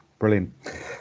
Brilliant